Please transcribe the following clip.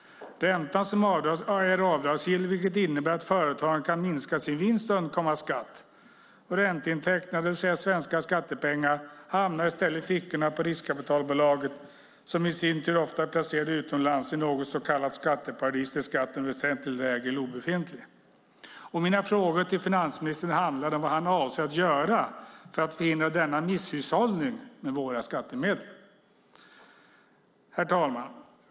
Räntan är avdragsgill, vilket innebär att företagen kan minska sin vinst och undkomma skatt. Ränteintäkterna, det vill säga svenska skattepengar, hamnar i stället i fickorna på riskkapitalbolaget som i sin tur ofta är placerat utomlands i något så kallat skatteparadis där skatten är väsentligt lägre eller obefintlig. Mina frågor till finansministern handlade om vad han avser att göra för att förhindra denna misshushållning med våra skattemedel. Herr talman!